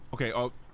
Okay